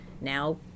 now